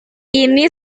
ini